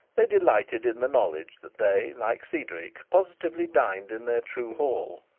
they delighted in the knowledge that they, like cedric, positively dined in their true hall,